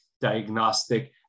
diagnostic